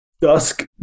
dusk